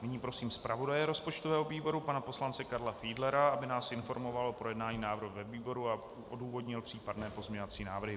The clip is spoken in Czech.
Nyní prosím zpravodaje rozpočtového výboru pana poslance Karla Fiedlera, aby nás informoval o projednání návrhu ve výboru a odůvodnil případné pozměňovací návrhy.